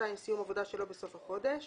(2) סיום עבודה שלא בסוף חודש,